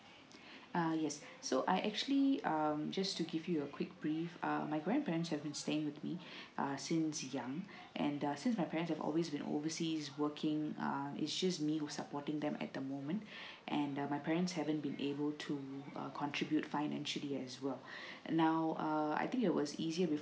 uh yes so I actually um just to give you a quick brief um my grandparents have been staying with me uh since young and since my parent always been oversea is working um its just me who supporting them at the moment and the my parents haven't been able to err contribute financially as well now err I think it was easier